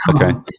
okay